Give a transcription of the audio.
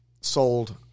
sold